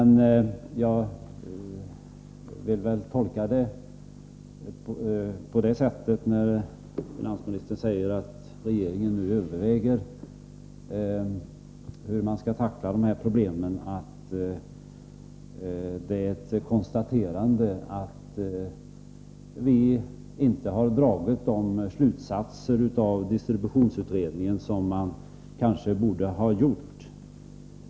När finansministern säger att regeringen nu överväger hur man skall tackla dessa problem, vill jag tolka det som ett konstaterande av att vi inte har dragit de slutsatser av distributionsutredningen som vi kanske borde ha gjort.